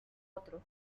otro